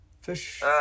Fish